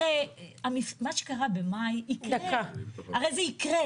הרי מה שקרה במאי יקרה או-טו-טו.